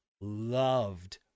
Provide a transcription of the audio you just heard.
loved